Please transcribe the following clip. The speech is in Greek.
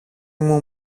μου